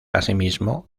asimismo